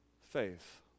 Faith